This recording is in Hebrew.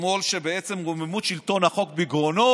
שמאל שבעצם רוממות שלטון החוק בגרונו,